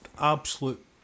absolute